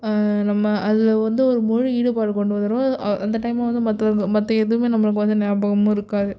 நம்ம அதில் வந்து ஒரு முழு ஈடுபாடு கொண்டு வந்துடுவோம் அந்த டைம் வந்து மற்ற மற்ற எதுவுமே நம்மளுக்கு வந்து ஞாபகமும் இருக்காது